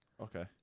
Okay